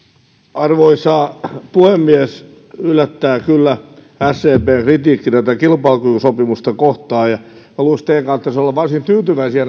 arvoisa puhemies yllättää kyllä sdpn kritiikki tätä kilpailukykysopimusta kohtaan minusta teidän kannattaisi olla varsin tyytyväisiä